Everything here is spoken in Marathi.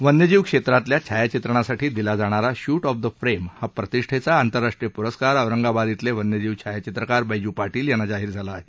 वन्यजीव क्षेत्रातल्या छायाचित्रणासाठी दिला जाणारा शूट ऑफ द फ्रेम हा प्रतिष्ठेचा आंतरराष्ट्रीय पूरस्कार औरंगाबाद इथले वन्यजीव छायाचित्रकार बेजू पाटील यांना जाहीर झाला आहे